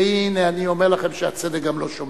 והנה, אני אומר לכם שהצדק גם לא שומע.